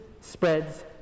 spreads